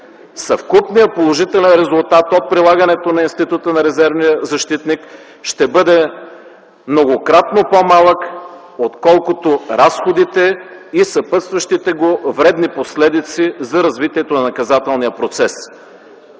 съвкупният положителен резултат от прилагането на института на резервния защитник ще бъде многократно по-малък отколкото разходите и съпътстващите го вредни последици за развитието на наказателния процес.